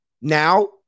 Now